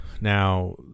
Now